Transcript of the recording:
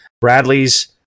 Bradley's